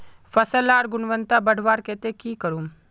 फसल लार गुणवत्ता बढ़वार केते की करूम?